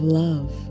love